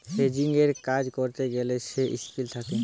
হেজিংয়ের কাজ করতে গ্যালে সে রিস্ক থাকে